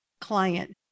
client